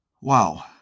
Wow